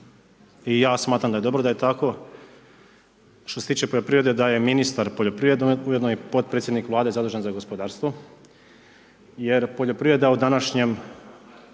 i ja smatram da je dobro da je tako, što se tiče poljoprivrede, da je ministar poljoprivrede, ujedno i potpredsjednik Vlade zadužen za gospodarstvo. Jer poljoprivreda u današnjem